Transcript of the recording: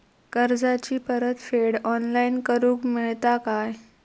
कर्जाची परत फेड ऑनलाइन करूक मेलता काय?